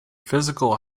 physical